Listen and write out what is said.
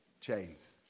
chains